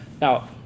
Now